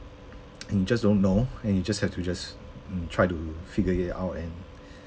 you just don't know and you just have to just mm try figure it out and